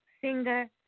singer